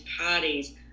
parties